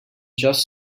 just